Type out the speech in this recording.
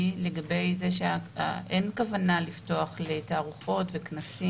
לגבי זה שאין כוונה לפתוח לתערוכות וכנסים.